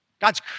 God's